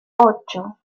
ocho